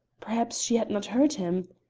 perhaps she had not heard him.